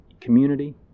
community